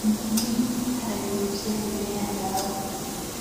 Mkulima ananyunyizia mimea dawa.